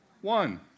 one